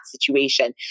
situation